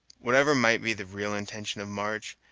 whatever might be the real intention of march,